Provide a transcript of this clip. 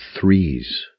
threes